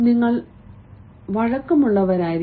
നിങ്ങൾ വഴക്കമുള്ളവനായിരിക്കണം